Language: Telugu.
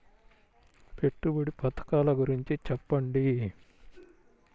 పెట్టుబడి పథకాల గురించి చెప్పండి?